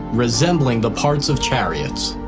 resembling the parts of chariots.